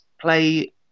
play